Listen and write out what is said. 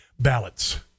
ballots